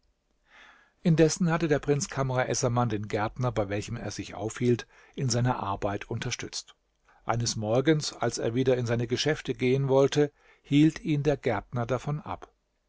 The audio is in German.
indessen hatte der prinz kamr essaman den gärtner bei welchem er sich aufhielt in seiner arbeit unterstützt eines morgens als er wieder in seine geschäfte gehen wollte hielt ihn der gärtner davon ab